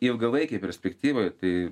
ilgalaikėj perspektyvoje tai